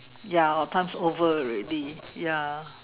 ya our time's over already ya